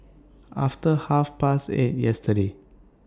after Half Past eight yesterday